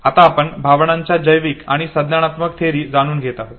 आता आपण भावनांच्या जैविक आणि संज्ञानात्मक थेअरी जाणून घेत आहोत